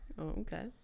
Okay